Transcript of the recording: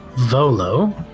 Volo